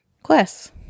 Quest